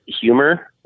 humor